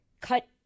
cut